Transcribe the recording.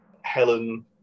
Helen